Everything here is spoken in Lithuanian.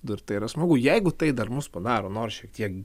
nu ir tai yra smagu jeigu tai dar mus padaro nors šiek tiek